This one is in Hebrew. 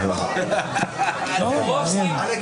את הישיבה.